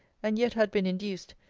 and yet had been induced,